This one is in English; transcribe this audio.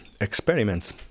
experiments